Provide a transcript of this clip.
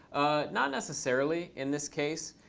not necessarily in this case,